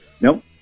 Nope